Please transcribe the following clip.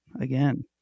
again